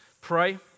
pray